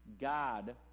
God